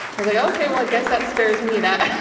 was like, okay, well i guess that spares me of that.